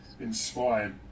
inspired